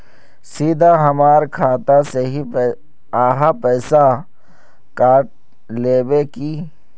सीधा हमर खाता से ही आहाँ पैसा काट लेबे की?